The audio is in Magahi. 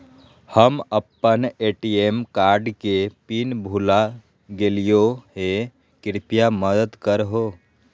हम अप्पन ए.टी.एम कार्ड के पिन भुला गेलिओ हे कृपया मदद कर हो